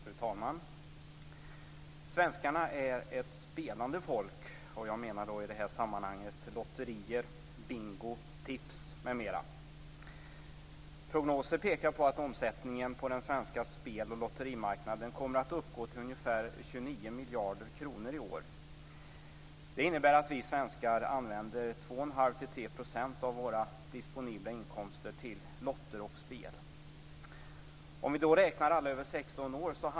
Fru talman! Svenskarna är ett spelande folk, och jag menar i detta sammanhang lotterier, bingo, tips m.m. Prognoser pekar på att omsättningen på den svenska spel och lotterimarknaden kommer att uppgå till ca 29 miljarder kronor i år. Det innebär att vi svenskar använder 2 1⁄2-3 % av våra disponibla inkomster till lotter och spel.